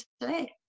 today